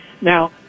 Now